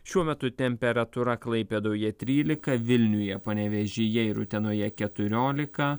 šiuo metu temperatūra klaipėdoje trylika vilniuje panevėžyje ir utenoje keturiolika